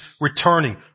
returning